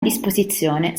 disposizione